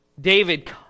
David